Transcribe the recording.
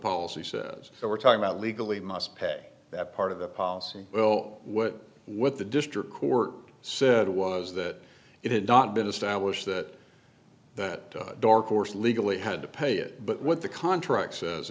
policy says we're talking about legally must pass that part of the policy well what with the district court said was that it had not been established that that dark horse legally had to pay it but what the contract says